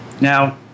Now